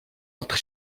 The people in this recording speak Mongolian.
алдах